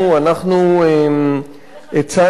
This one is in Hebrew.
אנחנו הצענו גם